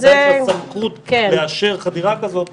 הנקודה היא הסמכות לאשר חדירה כזאת בהיררכיה.